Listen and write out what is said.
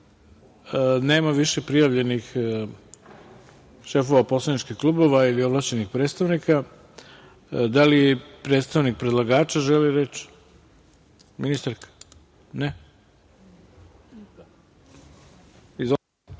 više prijavljenih šefova poslaničkih klubova ili ovlašćenih predstavnika. Da li predstavnik predlagača želi reč? Reč ima ministarka. Izvolite.